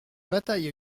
bataille